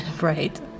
Right